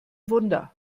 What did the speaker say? wunder